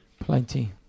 Plenty